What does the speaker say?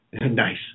Nice